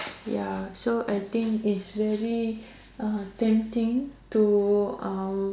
ya so I think is very uh tempting to uh